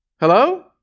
Hello